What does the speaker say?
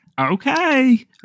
Okay